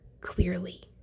clearly